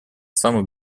самых